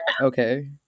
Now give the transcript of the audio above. Okay